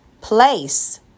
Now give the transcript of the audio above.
Place